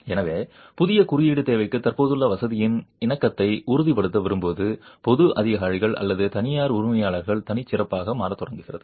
எனவே புதிய குறியீடு தேவைக்கு தற்போதுள்ள வசதியின் இணக்கத்தை உறுதிப்படுத்த விரும்புவது பொது அதிகாரிகள் அல்லது தனியார் உரிமையாளர்களின் தனிச்சிறப்பாக மாறத் தொடங்குகிறது